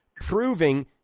proving